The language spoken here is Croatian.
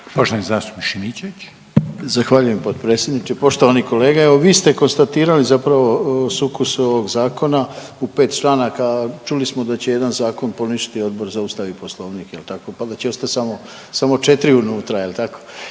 Rade (HDZ)** Zahvaljujem potpredsjedniče. Poštovani kolega, evo, vi ste konstatirali zapravo sukus ovog Zakona u 5 članaka, čuli smo da će jedan zakon poništiti Odbor za Ustav i Poslovnik, je li tako, pa da će ostati samo 4 unutra, je li tako?